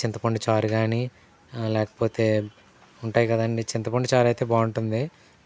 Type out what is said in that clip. చింతపండు చారుగానీ లేకపోతే ఉంటాయి కదండీ చింతపండు చారు అయితే బాగుంటుంది